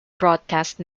broadcast